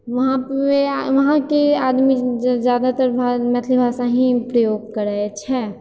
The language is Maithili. ओतऽओतऽके आदमी जादातर मैथिली भाषा ही प्रयोग करैत छै